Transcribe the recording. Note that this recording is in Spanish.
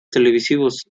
televisivos